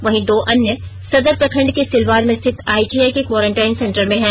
वहीं दो अन्य सदर प्रखंड के सिलवार में स्थित आईटीआई के क्वारेंटीन सेंटर में हैं